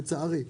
לצערי.